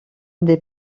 des